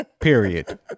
period